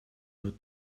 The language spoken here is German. nur